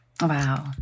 Wow